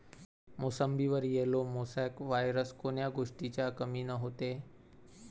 मोसंबीवर yellow mosaic virus कोन्या गोष्टीच्या कमीनं होते?